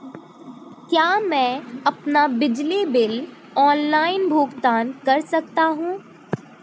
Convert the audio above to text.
क्या मैं अपना बिजली बिल ऑनलाइन भुगतान कर सकता हूँ?